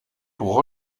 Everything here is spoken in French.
pour